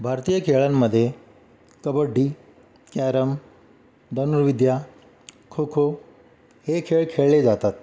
भारतीय खेळांमधे कबड्डी कॅरम धनुर्विद्या खोखो हे खेळ खेळले जातात